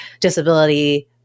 disability